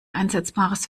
einsetzbares